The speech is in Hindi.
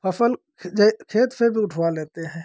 फसल खेत से भी उठवा लेते हैं